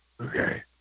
Okay